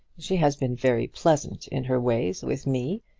she has been very pleasant in her ways with me.